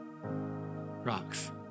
rocks